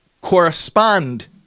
correspond